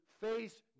face